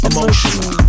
Emotional